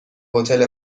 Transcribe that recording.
هتل